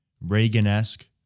Reagan-esque